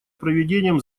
проведением